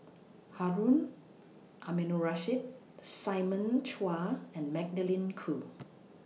Harun Aminurrashid Simon Chua and Magdalene Khoo